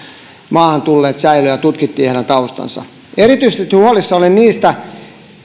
maahan tulleet säilöön ja tutkittiin heidän taustansa erityisesti huolissani olen niistä